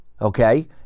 Okay